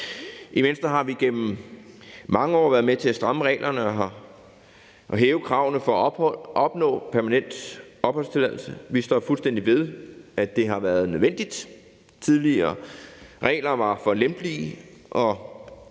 I Venstre har vi gennem mange år været med til at stramme reglerne og hæve kravene for at opnå permanent opholdstilladelse. Vi står fuldstændig ved, at det har været nødvendigt. Tidligere regler var for lempelige,